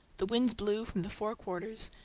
the winds blew from the four quarters,